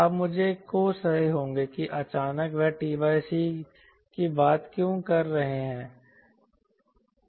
आप मुझे कोस रहे होंगे कि अचानक वह t c की बात क्यों कर रहा है